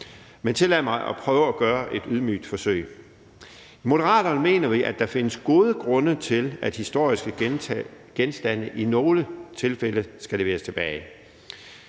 men tillad mig at prøve at gøre et ydmygt forsøg. I Moderaterne mener vi, at der findes gode grunde til, at historiske genstande i nogle tilfælde skal leveres tilbage.